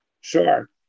Sure